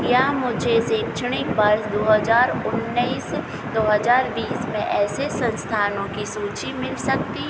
या मुझे शैक्षणिक वर्ष दो हजार उन्नीस दो हजार बीस में ऐसे संस्थानों की सूची मिल सकती